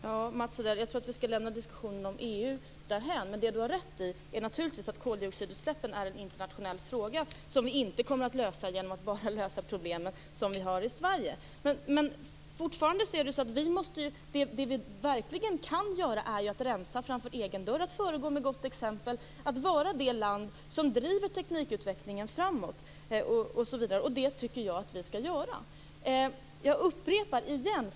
Fru talman! Jag tror att vi skall lämna diskussionen om EU därhän. Det Mats Odell har rätt i är att koldioxidutsläppen är en internationell fråga som vi inte kommer att lösa genom att bara lösa de problem som vi har i Sverige. Det vi verkligen kan göra är att rensa framför egen dörr och föregå med gott exempel. Vi kan vara det land som driver teknikutvecklingen framåt. Det tycker jag att vi skall göra.